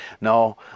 no